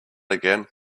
again